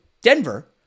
Denver